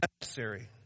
necessary